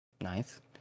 Nice